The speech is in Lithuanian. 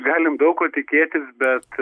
galim daug ko tikėtis bet